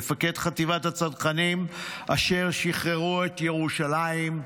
מפקד חטיבת הצנחנים אשר שחררו את ירושלים: